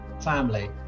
family